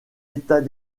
état